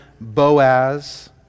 Boaz